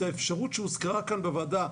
את האפשרות שהוזכרה כאן לפני יומיים בוועדה,